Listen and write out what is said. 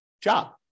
job